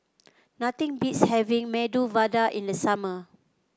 nothing beats having Medu Vada in the summer